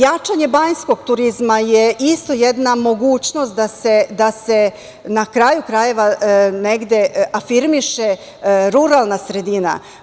Jačanje banjskog turizma je isto jedna mogućnost da se na kraju krajeva negde afirmiše ruralna sredina.